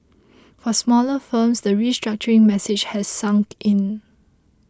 for smaller firms the restructuring message has sunk in